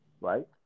right